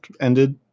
ended